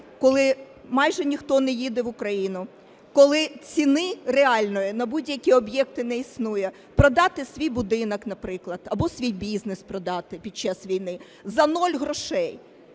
коли майже ніхто не їде в Україну, коли ціни реальної на будь-які об'єкти не існує, продати свій будинок, наприклад, або свій бізнес продати під час війни за нуль грошей